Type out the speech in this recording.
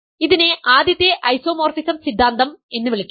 ഇതിനെ ആദ്യത്തെ ഐസോമോർഫിസം സിദ്ധാന്തം എന്ന് വിളിക്കുന്നു